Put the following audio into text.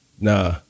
Nah